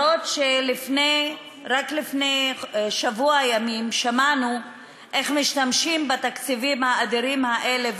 אף-על-פי שרק לפני שבוע ימים שמענו איך משתמשים בתקציבים האדירים האלה,